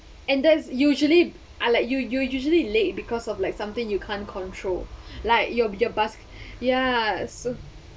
and that's usually unlike you usually late because of like something you can't control like your your bus ya so